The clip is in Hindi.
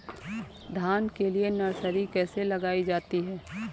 धान के लिए नर्सरी कैसे लगाई जाती है?